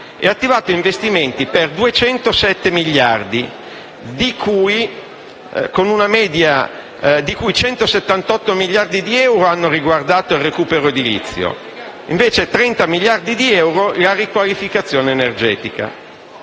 e attivato investimenti per 207 miliardi di euro, di cui 178 miliardi di euro hanno riguardato il recupero edilizio e 30 miliardi di euro la riqualificazione energetica.